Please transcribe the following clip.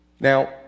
Now